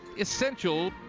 essential